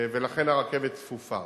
ולכן הרכבת צפופה.